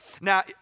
Now